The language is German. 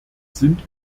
sind